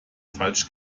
falsch